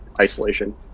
isolation